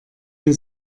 mir